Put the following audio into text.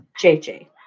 JJ